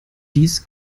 dies